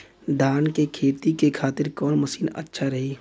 धान के खेती के खातिर कवन मशीन अच्छा रही?